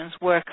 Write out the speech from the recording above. work